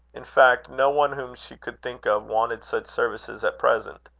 in fact, no one whom she could think of, wanted such services at present.